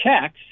checks